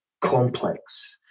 complex